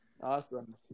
Awesome